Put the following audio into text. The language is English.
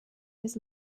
his